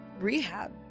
rehab